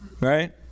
right